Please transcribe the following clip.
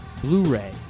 Blu-ray